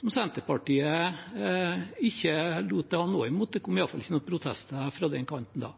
som Senterpartiet ikke lot til å ha noe imot. Det kom i hvert fall ikke noen protester fra den kanten da.